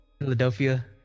Philadelphia